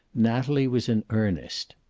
natalie was in earnest.